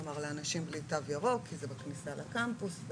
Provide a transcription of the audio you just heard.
כי זה בכניסה לקמפוס,